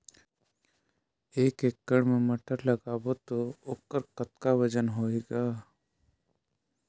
एक एकड़ म टमाटर लगाबो तो ओकर कतका वजन होही ग?